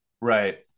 right